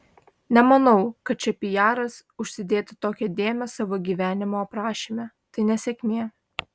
nemanau kad čia pijaras užsidėti tokią dėmę savo gyvenimo aprašyme tai nesėkmė